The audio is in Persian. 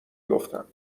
گفتم